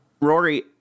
Rory